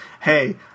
hey